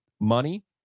money